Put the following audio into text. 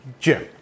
Jim